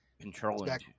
controlling